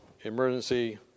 emergency